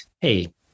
hey